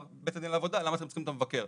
בית דין לעבודה למה אתם צריכים את המבקר.